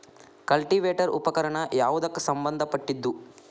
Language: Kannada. ಕಲ್ಟಿವೇಟರ ಉಪಕರಣ ಯಾವದಕ್ಕ ಸಂಬಂಧ ಪಟ್ಟಿದ್ದು?